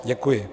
Děkuji.